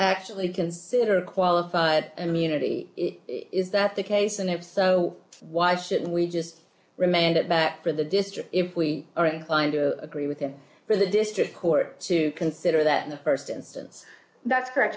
actually consider qualified immunity is that the case and if so why shouldn't we just remand it back for the district if we are inclined to agree with him for the district court to consider that in the st instance that's correct